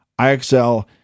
IXL